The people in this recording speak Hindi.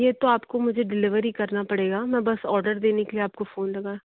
ये तो आपको मुझे डीलेवरी करना पड़ेगा मैं बस औडर देने के लिए आपको फ़ोन लगाया